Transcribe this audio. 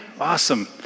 Awesome